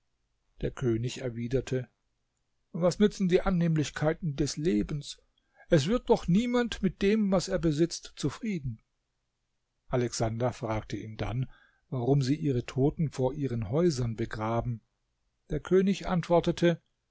der könig erwiderte was nützen die annehmlichkeiten des lebens es wird doch niemand mit dem was er besitzt zufrieden alexander fragte ihn dann warum sie ihre toten vor ihren häusern begraben der könig antwortete